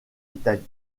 italie